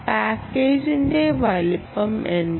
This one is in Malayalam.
പാക്കേജിന്റെ വലുപ്പം എന്താണ്